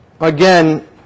Again